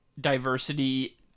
diversity